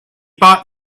bought